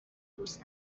دوست